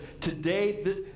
today